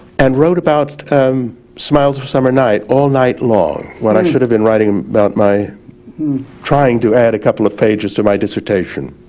and wrote about smiles for a summer night all night long when i should have been writing about my trying to add a couple of pages to my dissertation,